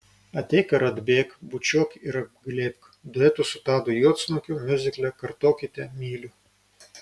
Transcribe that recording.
ateik ar atbėk bučiuok ir apglėbk duetu su tadu juodsnukiu miuzikle kartokite myliu